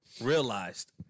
realized